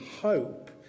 hope